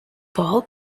bob